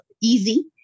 easy